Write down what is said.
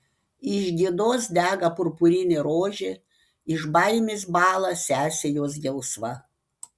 iš gėdos dega purpurinė rožė iš baimės bąla sesė jos gelsva